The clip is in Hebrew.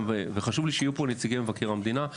וחשוב לי שיהיו פה נציגי מבקר המדינה,